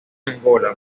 angola